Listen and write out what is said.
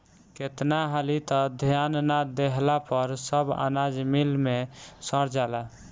केतना हाली त ध्यान ना देहला पर सब अनाज मिल मे सड़ जाला